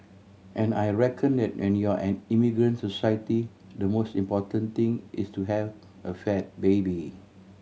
and I reckon that when you're an immigrant society the most important thing is to have a fat baby